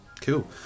Cool